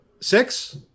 six